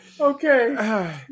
Okay